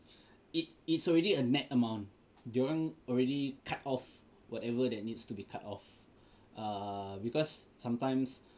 it's it's already a net amount dorang already cut off whatever that needs to be cut off err because sometimes